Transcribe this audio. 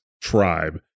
tribe